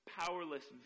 powerless